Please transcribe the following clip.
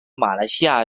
马来西亚